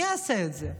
מי יעשה את זה?